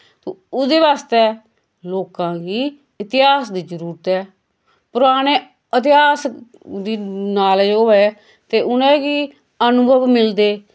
ओह्दे वास्तै लोकां गी इतिहास दी जरूरत ऐ पराणे अतेहास दी नालेज होऐ ते उनेंगी अनुभव मिलदे